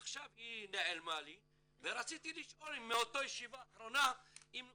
עכשיו היא נעלמה לי ורציתי לשאול אם מאותה ישיבה אחרונה נכנס